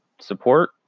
support